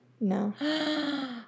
No